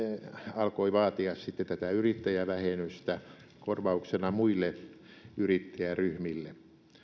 alkoi vaatia sitten tätä yrittäjävähennystä korvauksena muille yrittäjäryhmille